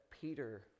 Peter